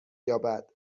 یابد